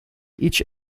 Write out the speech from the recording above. each